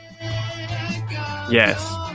Yes